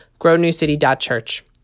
grownewcity.church